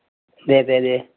दे दे दे